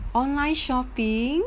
online shopping